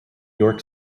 york